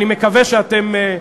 אני מקווה שאתם,